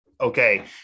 okay